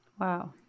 Wow